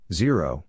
zero